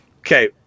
Okay